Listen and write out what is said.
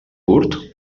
curt